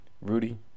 Rudy